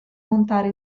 montare